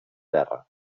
terra